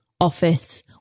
office